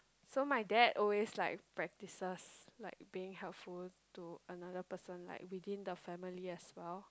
so my dad always like practices like being helpful to another person like within the family as well